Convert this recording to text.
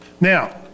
Now